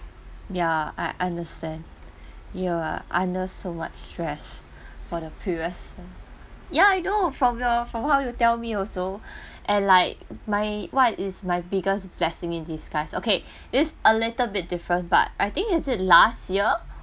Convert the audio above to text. ya I I understand you are under so much stress for the previous ya I know from the from how you tell me also and like my what is my biggest blessing in disguise okay this a little bit different but I think is it last year